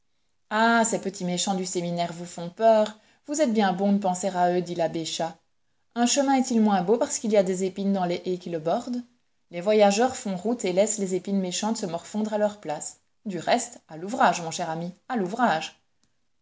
ah ces petits méchants du séminaire vous font peur vous êtes bien bon de penser à eux dit l'abbé chas un chemin est-il moins beau parce qu'il y a des épines dans les haies qui le bordent les voyageurs font route et laissent les épines méchantes se morfondre à leur place du reste à l'ouvrage mon cher ami à l'ouvrage